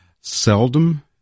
seldom